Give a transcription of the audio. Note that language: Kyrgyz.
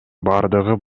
бардыгы